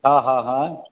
हा हा हा